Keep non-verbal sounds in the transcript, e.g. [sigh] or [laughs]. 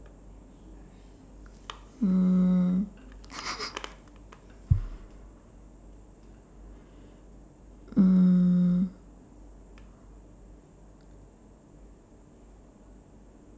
mm [laughs] mm